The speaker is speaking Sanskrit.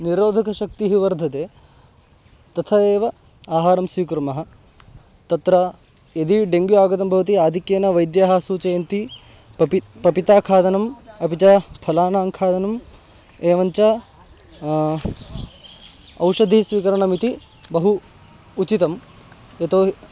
निरोधकशक्तिः वर्धते तथा एव आहारं स्वीकुर्मः तत्र यदि डेङ्ग्यू आगतं भवति आधिक्येन वैद्याः सूचयन्ति पपि पपिताखादनम् अपि च फलानां खादनम् एवञ्च औषधस्वीकरणमिति बहु उचितं यतो हि